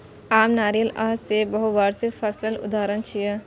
आम, नारियल आ सेब बहुवार्षिक फसलक उदाहरण छियै